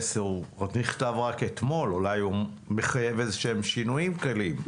אולי הוא מחייב שינויים קלים.